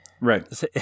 Right